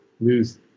Lose